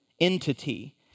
entity